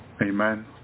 Amen